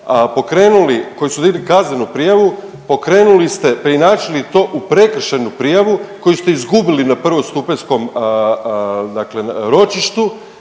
koju su digli kaznenu prijavu pokrenuli ste preinačili to u prekršajnu prijavu koju ste izgubili na prvostupanjskom ročištu